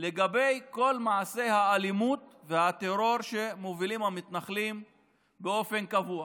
לגבי כל מעשי האלימות והטרור שמובילים המתנחלים באופן קבוע.